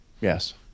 yes